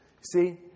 See